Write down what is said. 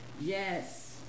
yes